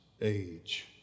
age